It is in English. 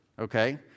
okay